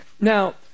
Now